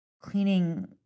cleaning